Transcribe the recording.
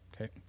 Okay